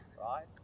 right